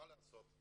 מה לעשות,